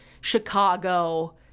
Chicago